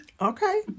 Okay